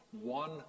one